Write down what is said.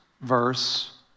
verse